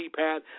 keypad